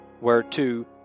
whereto